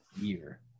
year